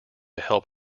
help